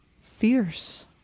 Fierce